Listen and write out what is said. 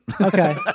Okay